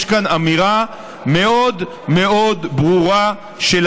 יש כאן אמירה מאוד מאוד ברורה של